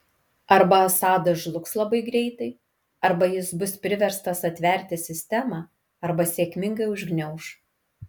arba assadas žlugs labai greitai arba jis bus priverstas atverti sistemą arba sėkmingai užgniauš